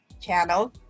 channel